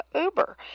Uber